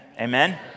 Amen